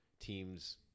teams